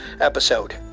episode